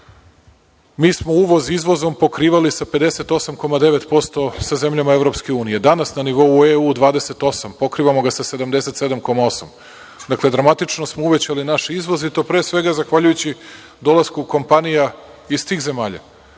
mi smo uvoz izvozom pokrivali sa 58,9% sa zemljama EU. Danas na nivou EU 28, pokrivamo ga sa 77,8. Dakle, dramatično smo uvećali naš izvoz i to pre svega zahvaljujući dolasku kompanija iz tih zemalja. Danas